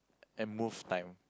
and move time